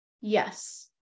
Yes